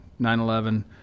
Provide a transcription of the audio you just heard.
9/11